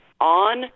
on